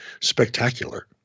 spectacular